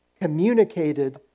communicated